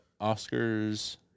Oscar's